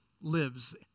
lives